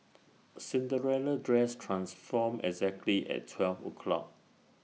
Cinderella's dress transformed exactly at twelve o'clock